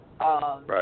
Right